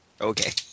Okay